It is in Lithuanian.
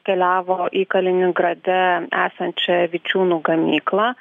keliavo į kaliningrade esančią vičiūnų gamyklą